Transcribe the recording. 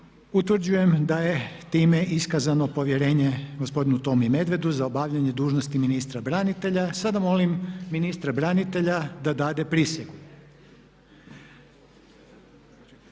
Utvrđujem da je time iskazano povjerenje gospodinu Tomi Medvedu za obavljanje dužnosti ministra branitelja. Sada molim ministra branitelja da dade prisegu.